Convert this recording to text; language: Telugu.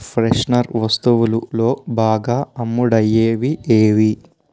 ఫ్రెషనర్ వస్తువులులో బాగా అమ్ముడయ్యేవి ఏవి